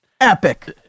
Epic